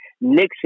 Nixon